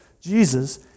Jesus